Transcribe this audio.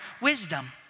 wisdom